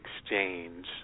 exchange